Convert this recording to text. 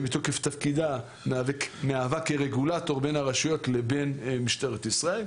שמתוקף תפקידה מהווה כרגולטור בין הרשויות לבין משטרת ישראל.